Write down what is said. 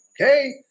Okay